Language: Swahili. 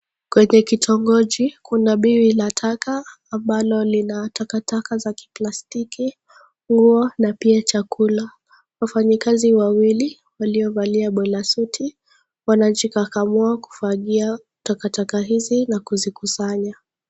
Kwenye kitongoji kuna bwiwi la taka ambalo lina takataka za kiplastiki, nguo na pia chakula. Wafanyakazi wawili waliovalia bulasuti wanajikakamua kufagia takataka hizi na kuzikusanya.